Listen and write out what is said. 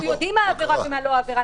אנחנו יודעים מה עבירה ומה לא עבירה,